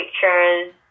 pictures